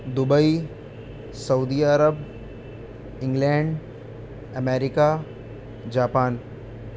Dubai Saudi عرب England امریکہ Japan